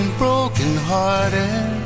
brokenhearted